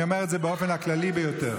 אני אומר את זה באופן הכללי ביותר.